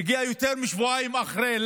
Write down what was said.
והגיע יותר משבועיים אחרי.